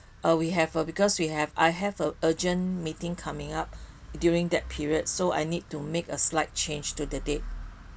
uh because we have I have an urgent meeting coming up during that period so I need to make a slight change to the date